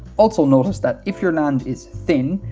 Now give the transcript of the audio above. also notice that if your land is thin,